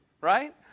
right